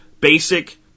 Basic